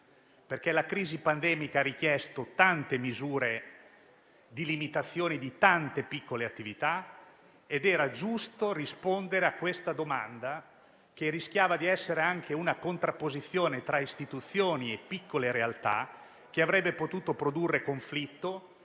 reale. La crisi pandemica ha richiesto tante misure di limitazione di molte piccole attività ed era giusto rispondere a questa domanda di aiuto, che rischiava di essere anche una contrapposizione tra Istituzioni e piccole realtà che avrebbe potuto produrre conflitto